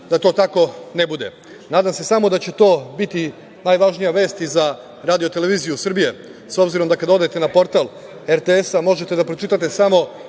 da to tako ne bude. Nadam se samo da će to biti najvažnija vest i za RTS, s obzirom da kad odete na portal RTS-a, možete da pročitate samo